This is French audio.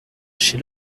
chez